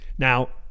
Now